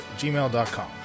gmail.com